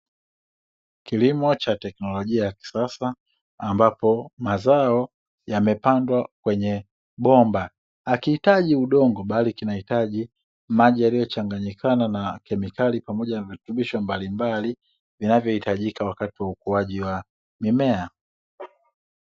Kilimo cha teknolojia ya kisasa ambapo mazao yamepandwa kwenye bomba. Hakihitaji udongo bali kinahitaji maji yaliyochanganyikana na kemikali pamoja na virutubisho mbalimbali, vinavyohitajika wakati wa ukuaji wa mimea.